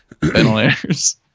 Ventilators